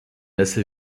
assez